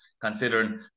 considering